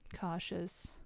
cautious